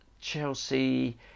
Chelsea